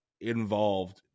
involved